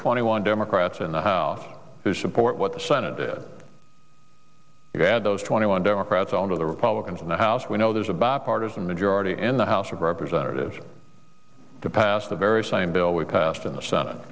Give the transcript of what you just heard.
twenty one democrats in the house who support what the senate had those twenty one democrats on of the republicans in the house we know there's a bipartisan majority in the house of representatives to pass the very same bill we passed in the senate